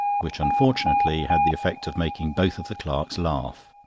which unfortunately had the effect of making both of the clerks laugh.